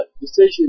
decision